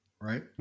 Right